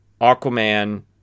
aquaman